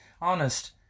honest